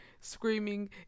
screaming